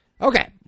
Okay